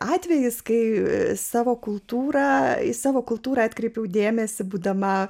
atvejis kai savo kultūrą į savo kultūrą atkreipiau dėmesį būdama